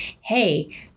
hey